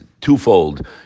twofold